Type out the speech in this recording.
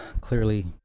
clearly